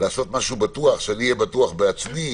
לעשות משהו שאהיה בטוח בעצמי,